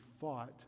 fought